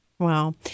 Wow